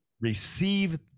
receive